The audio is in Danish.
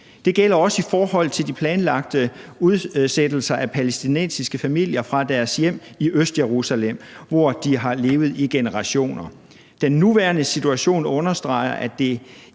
Det gælder også i forhold til de planlagte udsættelser af palæstinensiske familier fra deres hjem i Østjerusalem, hvor de har levet i generationer. Den nuværende situation understreger, at det